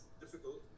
difficult